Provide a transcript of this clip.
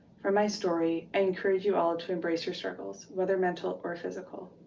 for my story, i encourage you all to embrace your struggles, whether mental or physical.